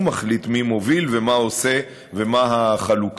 הוא מחליט מי מוביל ומה הוא עושה ומה החלוקה.